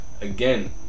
Again